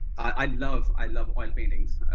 i love i love oil paintings,